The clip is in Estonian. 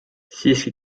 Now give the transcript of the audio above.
siiski